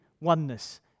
oneness